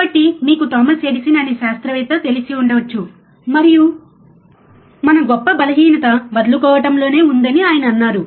కాబట్టి మీకు Thomas Edison అనే శాస్త్రవేత్త తెలిసి ఉండవచ్చు మరియు మన గొప్ప బలహీనత వదులుకోవటంలోనే ఉందని ఆయన అన్నారు